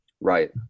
Right